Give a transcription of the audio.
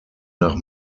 nach